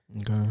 Okay